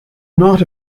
not